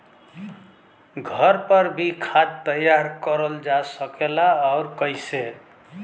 घर पर भी खाद तैयार करल जा सकेला और कैसे?